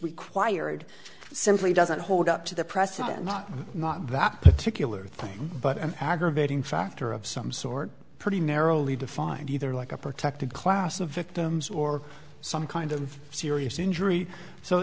required simply doesn't hold up to the precedent not that particular thing but an aggravating factor of some sort pretty narrowly defined either like a protected class of victims or some kind of serious injury so